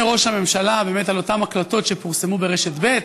ראש הממשלה באמת על אותן הקלטות שפורסמו ברשת ב',